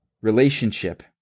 relationship